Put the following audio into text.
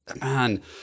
Man